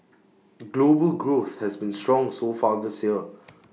global growth has been strong so far this year